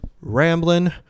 rambling